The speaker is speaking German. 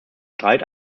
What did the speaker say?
streit